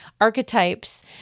archetypes